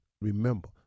Remember